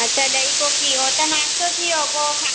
अच्छा डही कोकी उहो त नास्तो थि वियो पोइ